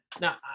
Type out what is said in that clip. Now